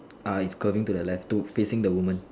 ah is curving to the left to facing the woman